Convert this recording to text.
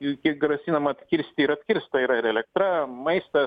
iki grasinama atkirsti ir atkirsta yra ir elektra maistas